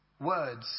words